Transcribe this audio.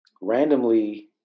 Randomly